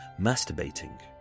masturbating